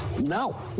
no